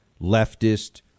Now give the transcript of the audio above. leftist